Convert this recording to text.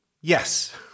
yes